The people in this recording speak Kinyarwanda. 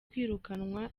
kwirukanwa